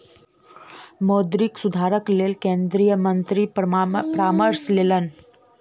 मौद्रिक सुधारक लेल केंद्रीय मंत्री परामर्श लेलैन